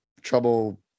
trouble